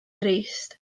drist